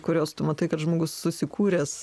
kuriuos tu matai kad žmogus susikūręs